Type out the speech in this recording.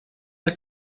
der